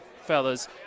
fellas